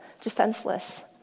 defenseless